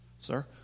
Sir